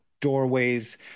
doorways